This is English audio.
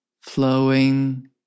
flowing